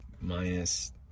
Minus